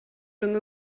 rhwng